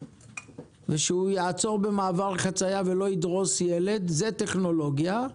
ושהוא יעצור במעבר חצייה ולא ידרוס ילד זה טכנולוגיה,